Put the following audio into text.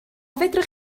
fedrwch